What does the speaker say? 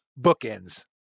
bookends